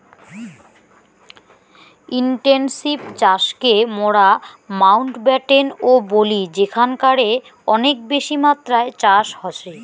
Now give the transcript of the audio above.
intensive চাষকে মোরা Mountbatten ও বলি যেখানকারে অনেক বেশি মাত্রায় চাষ হসে